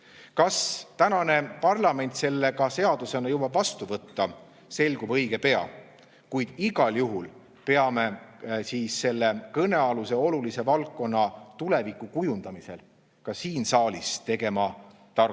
Kas tänane parlament selle ka seadusena jõuab vastu võtta, selgub õige pea. Kuid igal juhul peame kõnealuse olulise valdkonna tuleviku kujundamisel ka siin saalis tegema tarku